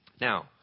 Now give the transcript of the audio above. Now